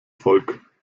volk